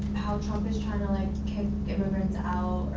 how trump is trying to like kick immigrants out,